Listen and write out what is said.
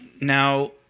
Now